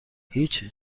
هیچ